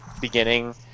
beginning